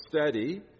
steady